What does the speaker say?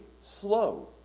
slow